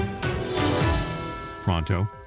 Pronto